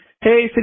Hey